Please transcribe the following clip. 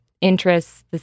interests